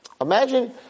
Imagine